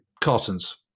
cartons